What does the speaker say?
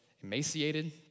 emaciated